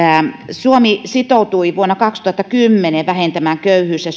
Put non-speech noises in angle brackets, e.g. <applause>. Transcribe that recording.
suomi sitoutui vuonna kaksituhattakymmenen vähentämään köyhyys ja <unintelligible>